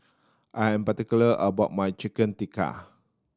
I'm particular about my Chicken Tikka